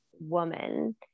woman